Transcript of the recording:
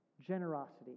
generosity